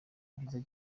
byiza